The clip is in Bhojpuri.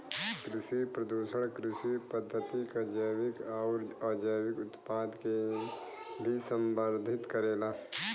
कृषि प्रदूषण कृषि पद्धति क जैविक आउर अजैविक उत्पाद के भी संदर्भित करेला